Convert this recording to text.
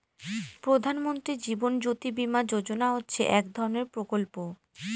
প্রধান মন্ত্রী জীবন জ্যোতি বীমা যোজনা হচ্ছে এক ধরনের প্রকল্প